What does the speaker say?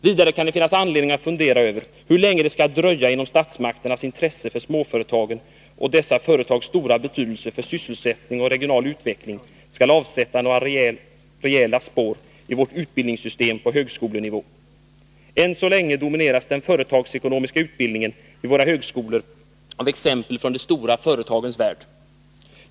Vidare kan det finnas anledning att fundera över hur länge det skall dröja innan statsmakternas intresse för småföretagen och dessa företags stora betydelse för sysselsättning och regional utveckling skall avsätta några rejäla spår i vårt utbildningssystem på högskolenivå. Än så länge domineras den företagsekonomiska utbildningen vid våra högskolor av exempel från de stora företagens värld.